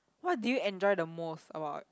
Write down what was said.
what do you enjoy the most about